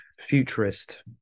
futurist